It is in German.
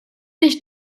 nicht